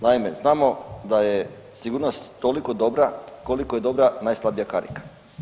Naime, znamo da je sigurnost toliko dobra koliko je dobra najslabija karika.